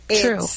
True